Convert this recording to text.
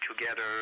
together